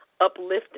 uplifting